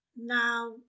Now